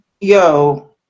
yo